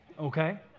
okay